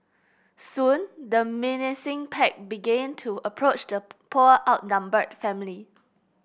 soon the menacing pack begin to approach the poor outnumbered family